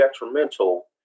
detrimental